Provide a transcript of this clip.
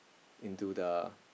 into the